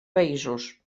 països